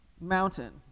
mountain